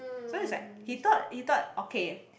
so is like he thought he thought okay